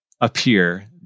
appear